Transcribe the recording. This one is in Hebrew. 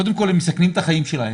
קודם כל הם מסכנים את החיים שלהם,